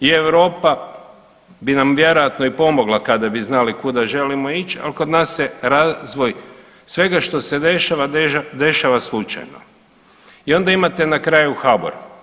I Europa bi nam vjerojatno i pomogla kada bi znali kuda želimo ići, ali kod nas se razvoj svega što se dešava, dešava slučajno i onda imate na kraju HBOR.